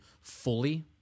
fully